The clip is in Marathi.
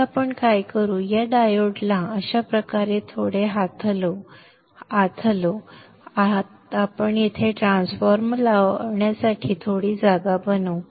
आता आपण काय करू या डायोडला अशाप्रकारे थोडे आत हलवू आपण येथे ट्रान्सफॉर्मर लावण्यासाठी थोडी जागा बनवू